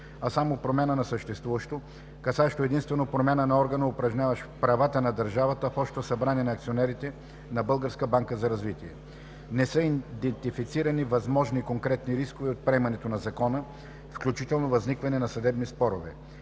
а само промяна на съществуващо, касаещо единствено промяна на органа, упражняващ правата на държавата в Общото събрание на акционерите на „Българската банка за развитие” АД. Не са идентифицирани възможни конкретни рискове от приемането на Закона, включително възникване на съдебни спорове.